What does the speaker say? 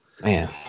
Man